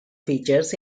features